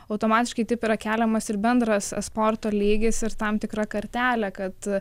automatiškai taip yra keliamas ir bendras esporto lygis ir tam tikra kartelė kad